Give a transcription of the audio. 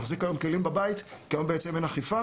שמחזיק היום כלים בבית וכיום בעצם אין אכיפה